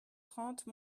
trente